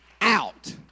out